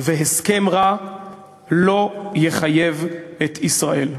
והסכם רע לא יחייב את ישראל.